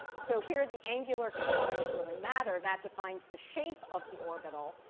so here the angular components really matter. that defines the shape of the orbital.